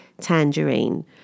tangerine